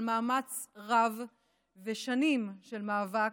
על מאמץ רב ושנים של מאבק,